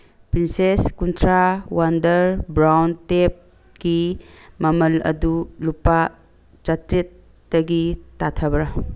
princess ꯀꯨꯟꯊ꯭ꯔꯥ wonder brown ꯇꯦꯞꯀꯤ ꯃꯃꯜ ꯑꯗꯨ ꯂꯨꯄꯥ ꯆꯥꯇꯔꯦꯠꯇꯒꯤ ꯇꯥꯊꯕ꯭ꯔꯥ